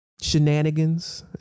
shenanigans